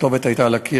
הכתובת הייתה על הקיר,